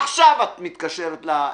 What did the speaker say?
עכשיו את מתקשרת למשטרה,